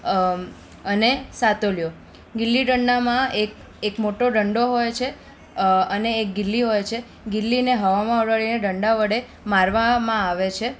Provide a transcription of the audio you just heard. અને સાતોલિયું ગિલીદંડામાં એક એક મોટો દંડો હોય છે અને એક ગિલ્લી હોય છે ગિલ્લીને હવામાં ઉડાડી ને દંડા વડે મારવામાં આવે છે